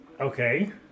Okay